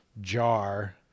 jar